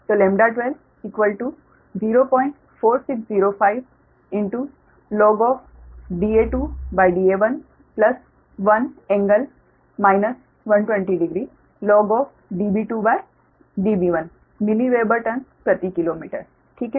तो 12 04605 log Da2Da1 1 ∟ 1200log Db2Db1 milli weber turns प्रति kilometre ठीक है